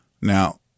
Now